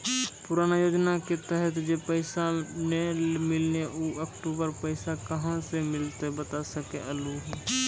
पुराना योजना के तहत जे पैसा नै मिलनी ऊ अक्टूबर पैसा कहां से मिलते बता सके आलू हो?